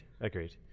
agreed